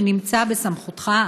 שנמצא בסמכותך,